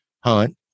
hunt